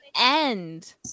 end